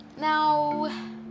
Now